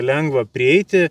lengva prieiti